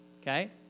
okay